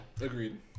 agreed